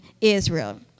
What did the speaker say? Israel